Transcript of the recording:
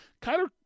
Kyler